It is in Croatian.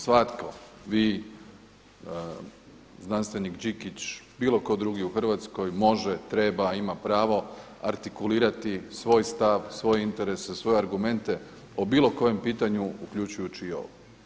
Svatko, vi, znanstvenik Đikić, bilo tko drugi u Hrvatskoj može, treba, ima pravo artikulirati svoj stav, svoje interese, svoje argumente o bilo kojem pitanju uključujući i ovo.